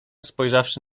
spojrzawszy